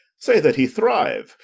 say that he thriue,